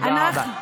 תודה רבה.